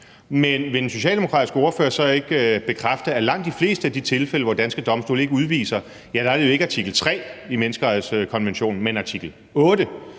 men vil den socialdemokratiske ordfører så ikke bekræfte, at i langt de fleste af de tilfælde, hvor danske domstole ikke udviser, er det jo ikke artikel tre i menneskerettighedskonventionen, men artikel